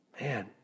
Man